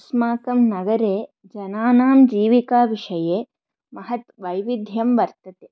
अस्माकं नगरे जनानां जीविकाविषये महत् वैविध्यं वर्तते